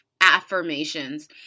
affirmations